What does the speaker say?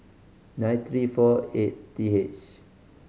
nine three fore eight T H